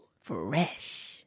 Fresh